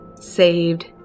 saved